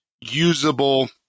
usable